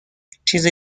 چیز